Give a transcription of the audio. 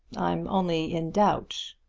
i'm only in doubt.